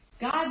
God